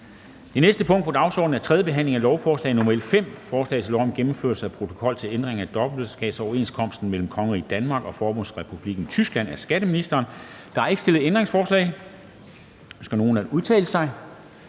Det næste punkt på dagsordenen er: 4) 3. behandling af lovforslag nr. L 5: Forslag til lov om gennemførelse af protokol til ændring af dobbeltbeskatningsoverenskomsten mellem Kongeriget Danmark og Forbundsrepublikken Tyskland. Af skatteministeren (Morten Bødskov). (Fremsættelse